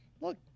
Look